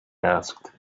asked